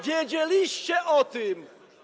Wiedzieliście o tym.